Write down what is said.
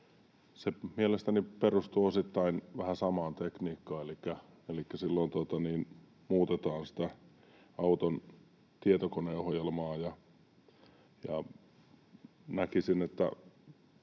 Se mielestäni perustuu osittain vähän samaan tekniikkaan, elikkä silloin muutetaan sitä auton tietokoneohjelmaa, ja näkisin —